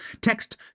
Text